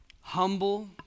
humble